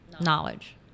knowledge